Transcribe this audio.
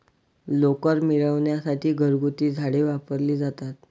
लोकर मिळविण्यासाठी घरगुती झाडे वापरली जातात